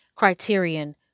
criterion